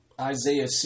Isaiah